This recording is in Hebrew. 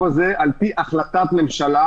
הזה על אדמות מדינה על פי החלטת ממשלה.